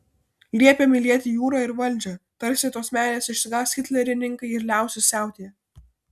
liepė mylėti jūrą ir valdžią tarsi tos meilės išsigąs hitlerininkai ir liausis siautėję